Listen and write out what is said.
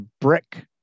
brick